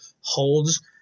holds